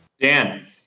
Dan